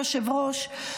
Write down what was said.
היושב-ראש,